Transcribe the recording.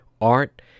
art